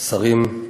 שרים,